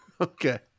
Okay